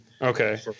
Okay